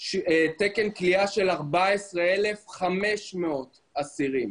תקן כליאה של 14,500 אסירים.